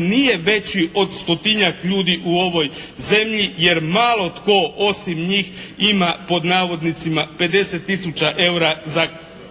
nije veći od stotinjak ljudi u ovoj zemlji, jer malo tko osim njih ima pod navodnicima "50 tisuća eura za